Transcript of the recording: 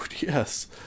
yes